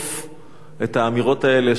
את האמירות האלה של הולכים ובונים.